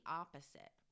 opposite